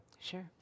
Sure